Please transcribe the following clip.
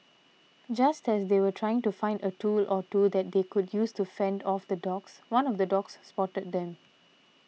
just as they were trying to find a tool or two that they could use to fend off the dogs one of the dogs spotted them